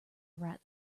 write